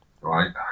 right